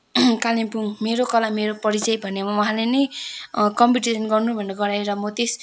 कालिम्पोङ मेरो कला मेरो परिचय भन्नेमा उहाँले नै कम्पिटिसन गर्नु भनेर गराएर म त्यस